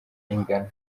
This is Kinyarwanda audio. ingano